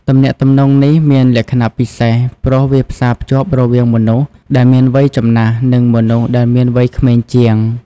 ទំនាក់ទំនងនេះ មានលក្ខណៈពិសេសព្រោះវាផ្សារភ្ជាប់រវាងមនុស្សដែលមានវ័យចំណាស់ និងមនុស្សដែលមានវ័យក្មេងជាង។